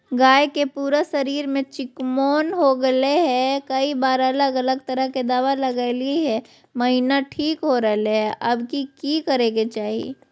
गाय के पूरा शरीर में चिमोकन हो गेलै है, कई बार अलग अलग तरह के दवा ल्गैलिए है महिना ठीक हो रहले है, अब की करे के चाही?